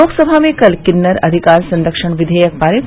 लोकसभा में कल किन्नर अधिकार संरक्षण विधेयक पारित